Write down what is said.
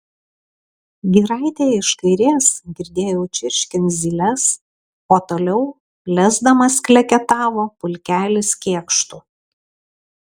giraitėje iš kairės girdėjau čirškiant zyles o toliau lesdamas kleketavo pulkelis kėkštų